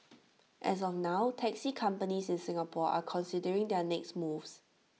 as of now taxi companies in Singapore are considering their next moves